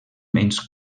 menys